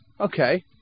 okay